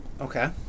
Okay